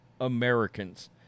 Americans